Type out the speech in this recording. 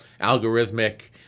algorithmic